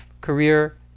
career